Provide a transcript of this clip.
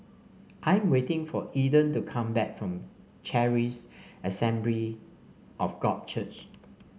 I'm waiting for Eden to come back from Charis Assembly of God Church